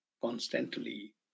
constantly